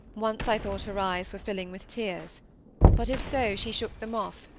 once i thought her eyes were filling with tears but, if so, she shook them off,